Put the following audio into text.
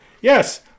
yes